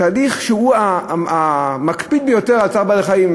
שהוא המקפיד ביותר על צער בעלי-חיים.